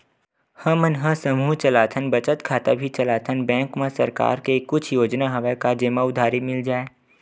हमन समूह चलाथन बचत खाता भी चलाथन बैंक मा सरकार के कुछ योजना हवय का जेमा उधारी मिल जाय?